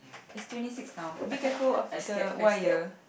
it's twenty six now be careful of the wire